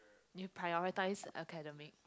you prioritise academic